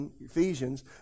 Ephesians